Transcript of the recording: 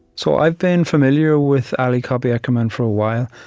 so i've been familiar with ali cobby eckermann for a while.